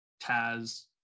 Taz